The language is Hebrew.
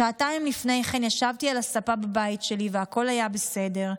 שעתיים לפני כן ישבתי על הספה בבית שלי והכול היה בסדר,